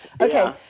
Okay